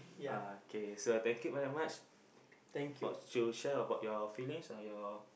uh K so thank you very much for to share about your feelings uh your